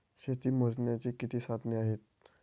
शेती मोजण्याची किती साधने आहेत?